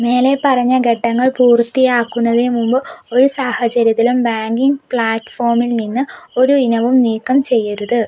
മേലെ പറഞ്ഞ ഘട്ടങ്ങൾ പൂർത്തിയാക്കുന്നതിന് മുൻപ് ഒരു സാഹചര്യത്തിലും ബാങ്കിംഗ് പ്ലാറ്റ്ഫോമിൽ നിന്ന് ഒരു ഇനവും നീക്കം ചെയ്യരുത്